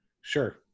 sure